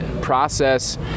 process